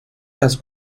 las